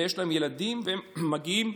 ויש להם ילדים והם מגיעים